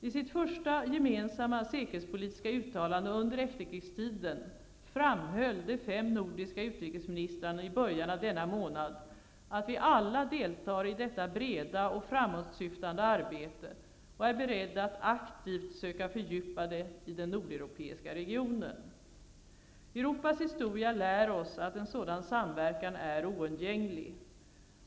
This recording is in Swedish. I sitt första gemensamma säkerhetspolitiska uttalande under efterkrigstiden framhöll de fem nordiska utrikesministrarna i början av denna månad att vi alla deltar i detta breda och framåtsyftande samarbete och är beredda att aktivt söka fördjupa det i den nordeuropeiska regionen. Europas historia lär oss att en sådan samverkan är oundgänglig.